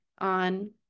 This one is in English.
on